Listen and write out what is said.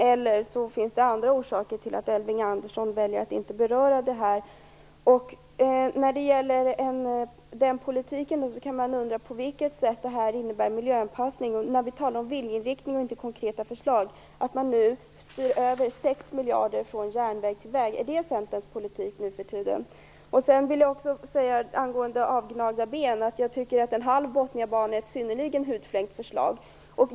Eller också finns det andra orsaker till att Elving Andersson väljer att inte beröra frågan. Man kan undra på vilket sätt det innebär miljöanpassning, när vi talar om viljeinriktning och inte om konkreta förslag, att det styrs över 6 miljarder från järnväg till väg. Är det Centerns politik nu för tiden? Angående avgnagda ben vill jag säga att en halv Botniabana är ett synnerligen hudflängt förslag.